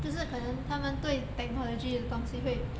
就是可能他们对 technology 的东西会